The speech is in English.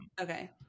Okay